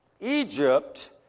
Egypt